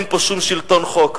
אין פה שום שלטון חוק.